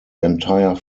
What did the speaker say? entire